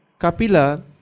Kapila